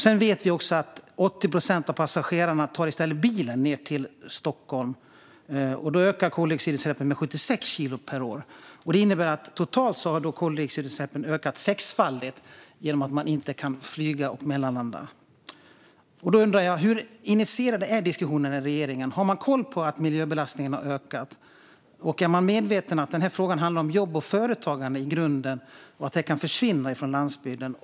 Vi vet också att 80 procent av passagerna i stället tar bilen ned till Stockholm. Då ökar koldioxidutsläppen med 76 kilo per år. Det innebär att koldioxidutsläppen totalt har ökat sexfaldigt genom att man inte kan flyga och mellanlanda. Hur initierade är diskussionerna i regeringen? Har man koll på att miljöbelastningen har ökat? Och är man medveten om att denna fråga i grunden handlar om jobb och företagande och om att detta kan försvinna från landsbygden?